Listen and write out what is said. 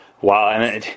Wow